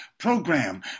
program